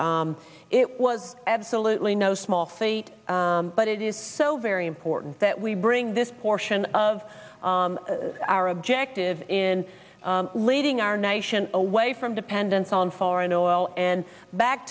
it was absolutely no small feat but it is so very important that we bring this portion of our objective in leading our nation away from dependence on foreign oil and back